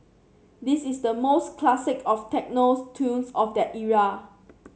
this is the most classic of techno tunes of that era